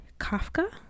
kafka